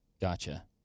Gotcha